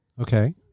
Okay